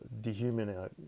dehumanizing